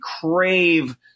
crave